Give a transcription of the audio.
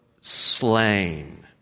slain